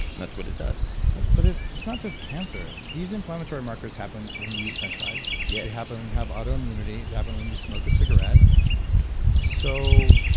and that's what it does but it's it's not just cancer. these inflammatory markers happen when you eat french fries yes yeah they happen when you have autoimmunity, they happen when you smoke a cigarette so,